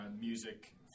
Music